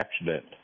accident